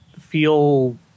feel